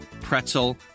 pretzel